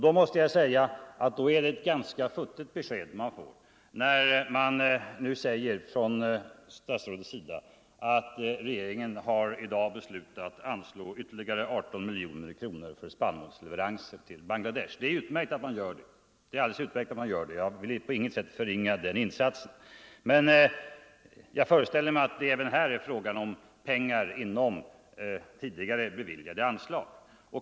Då är det ett ganska futtigt besked vi får, när statsrådet nu säger att regeringen i dag har beslutat anslå ytterligare 18 miljoner kronor för spannmålsleveranser till Bangladesh. Det är alldeles utmärkt att man gör det, och jag vill på inget sätt förringa den insatsen. Men jag föreställer mig att det här är fråga om pengar inom tidigare beviljade anslag.